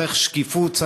צריך שקיפות,